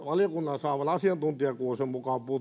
valiokunnan saaman asiantuntijakuulemisen mukaan